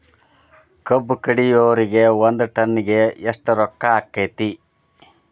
ಕಬ್ಬು ಕಡಿಯುವರಿಗೆ ಒಂದ್ ಟನ್ ಗೆ ಎಷ್ಟ್ ರೊಕ್ಕ ಆಕ್ಕೆತಿ?